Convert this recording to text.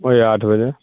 وہی آٹھ بجے